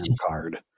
card